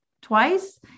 twice